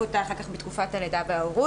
אותה אחר כך בתקופת הלידה וההורות.